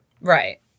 Right